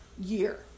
year